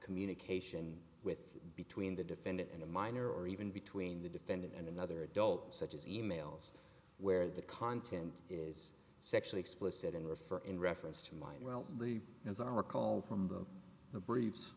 communication with between the defendant and a minor or even between the defendant and another adult such as emails where the content is sexually explicit and refer in reference to mine well the as i recall from the